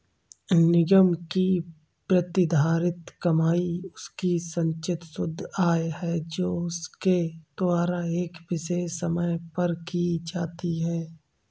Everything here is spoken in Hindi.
निगम की प्रतिधारित कमाई उसकी संचित शुद्ध आय है जो उसके द्वारा एक विशेष समय पर की जाती है